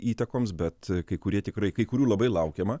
įtakoms bet kai kurie tikrai kai kurių labai laukiama